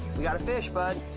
we got a fish, bud.